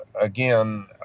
again